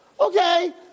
okay